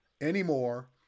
anymore